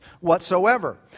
whatsoever